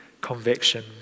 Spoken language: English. conviction